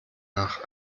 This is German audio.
nach